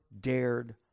dared